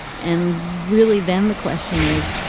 and really then the question is,